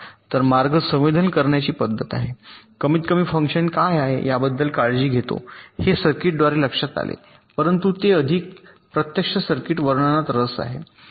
तर मार्ग संवेदनशील करण्याची पद्धत आहे कमीतकमी फंक्शन काय आहे याबद्दल काळजी घेतो हे सर्किटद्वारे लक्षात आले परंतु ते अधिक आहे प्रत्यक्ष सर्किट वर्णनात रस आहे